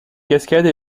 cascades